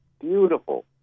beautiful